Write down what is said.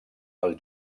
als